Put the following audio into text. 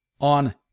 on